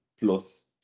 plus